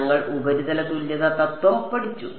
ഞങ്ങൾ ഉപരിതല തുല്യത തത്വം പഠിച്ചു